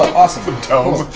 awesome.